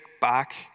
back